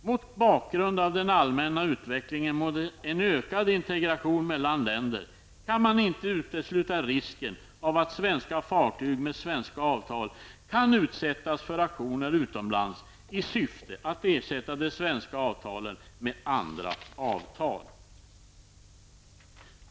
Mot bakgrund av den allmänna utvecklingen mot en ökad integration mellan länder kan man inte utesluta risken av att svenska fartyg med svenska avtal kan utsättas för aktioner utomlands i syfte att ersätta de svenska avtalen med andra avtal.''